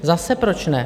Zase proč ne?